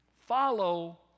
Follow